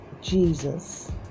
Jesus